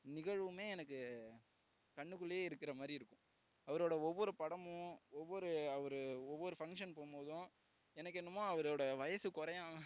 நிகழ்வுமே எனக்கு கண்ணுக்குள்ளயே இருக்கிற மாதிரி இருக்கும் அவரோடய ஒவ்வொரு படமும் ஒவ்வொரு அவரு ஒவ்வொரு ஃபங்ஷன் போகும் போதும் எனக்கு என்னமோ அவரோட வயது குறயாம